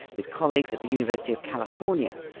with colleagues at the university of california,